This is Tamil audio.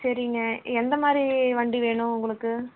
சரிங்க எந்தமாதிரி வண்டி வேணும் உங்களுக்கு